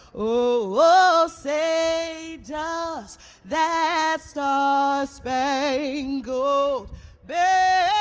oh say, does that star spangled banner